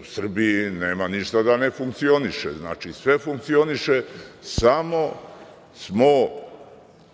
u Srbiji nema ništa da ne funkcioniše. Sve funkcioniše, samo smo